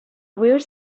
where